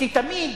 כי תמיד